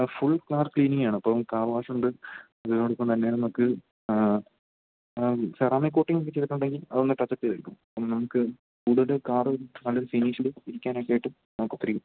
ആ full car ക്ലീനിങ്ങാണ് അപ്പം കാർ വാഷൊണ്ട് അതിനോടൊപ്പം തന്നെ നമുക്ക് സെറാമിക് കോട്ടിങ്ങക്കെ ചെയ്തിട്ടുണ്ടെങ്കിൽ അതൊന്ന് ടച്ചപ്പ് ചെയ്തെടുക്കും അപ്പം നമുക്ക് കൂടുതൽ കാറ് നല്ല ഫിനിഷിൽ ഇരിക്കാനൊക്കെ ആയിട്ട് നമുക്ക് ഒത്തിരി